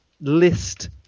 list